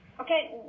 Okay